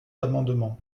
amendement